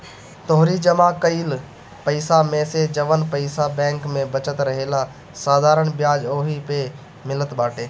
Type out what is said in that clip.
तोहरी जमा कईल पईसा मेसे जवन पईसा बैंक में बचल रहेला साधारण बियाज ओही पअ मिलत बाटे